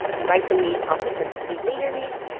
and bison meat also tends to be leaner meat.